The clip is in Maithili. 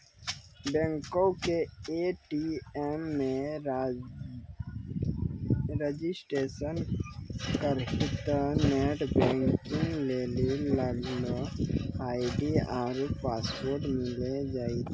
बैंको के ए.टी.एम मे रजिस्ट्रेशन करितेंह नेट बैंकिग लेली लागिन आई.डी आरु पासवर्ड मिली जैतै